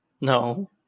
No